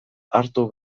hartu